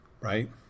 Right